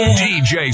dj